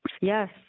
Yes